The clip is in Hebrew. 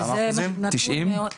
שזה נתון מאוד כמה אחוזים?